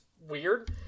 weird